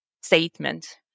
statement